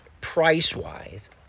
price-wise